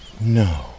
No